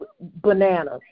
bananas